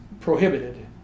prohibited